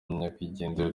nyakwigendera